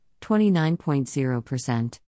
29.0%